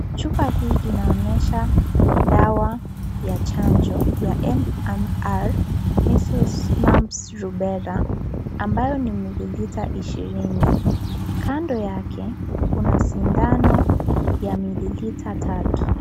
Chupa hii inaonekana dawa ya chanjo ya MMR measles , mumps, rubella ambayo ni milimita 20,Kando yake kuna sindano ya mililita 3.